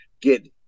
get